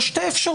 יש שתי אפשרויות: